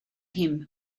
him